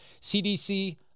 CDC